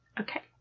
Okay